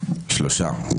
רוויזיה מס'